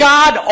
God